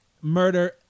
murder